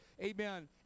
Amen